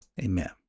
Amen